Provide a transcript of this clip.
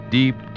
deep